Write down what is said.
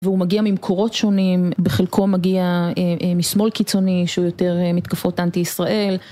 והוא מגיע ממקורות שונים, בחלקו מגיע משמאל קיצוני שהוא יותר מתקפות אנטי ישראל.